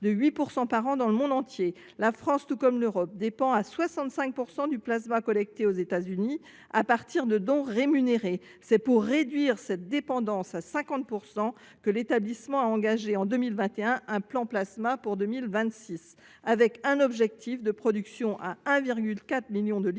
de 8 % par an dans le monde entier. La France, tout comme l’Europe, dépend à 65 % du plasma collecté aux États Unis, à partir de dons rémunérés. C’est pour réduire cette dépendance à 50 % que l’établissement a engagé en 2021 un plan Plasma pour 2026, avec un objectif de production à 1,4 million de litres